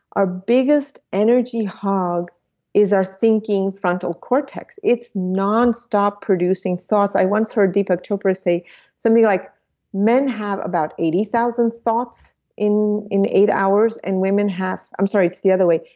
our biggest energy hog is our thinking frontal cortex it's non-stop producing thoughts. i once heard deepak chopra say something like men have about eighty thousand thoughts in in eight hours and women have. i'm sorry it's the other way,